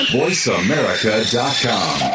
voiceamerica.com